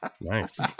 nice